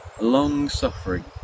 long-suffering